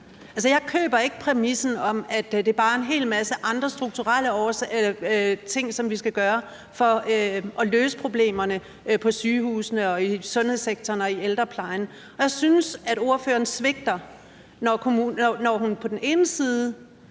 jeg køber ikke præmissen om, at det bare er en hel masse andre strukturelle ting, som vi skal gøre for at løse problemerne på sygehusene og i sundhedssektoren og i ældreplejen. Jeg synes, at ordføreren svigter, når hun på den ene side